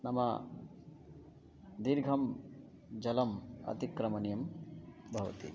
नाम दीर्घं जलम् अतिक्रमणीयं भवति